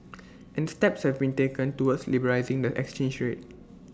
and steps have been taken towards liberalising the exchange rate